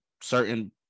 certain